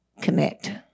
connect